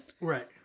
Right